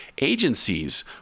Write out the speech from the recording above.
agencies